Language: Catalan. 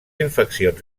infeccions